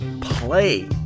play